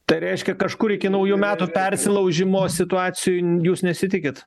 tai reiškia kažkur iki naujų metų persilaužimo situacijoj jūs nesitikit